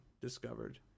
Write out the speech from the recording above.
discovered